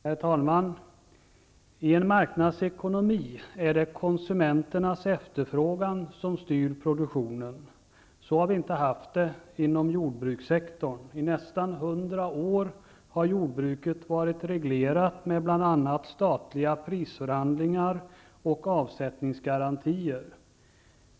Herr talman! I en marknadsekonomi är det konsumenternas efterfrågan som styr produktionen. Så har vi inte haft det inom jordbrukssektorn. I nästan hundra år har jordbruket varit reglerat med bl.a. statliga prisförhandlingar och avsättningsgarantier.